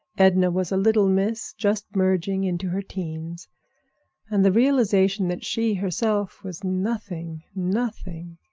edna was a little miss, just merging into her teens and the realization that she herself was nothing, nothing,